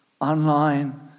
online